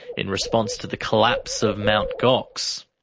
in response to the collapse of mt gox.